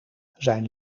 zijn